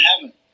heaven